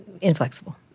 inflexible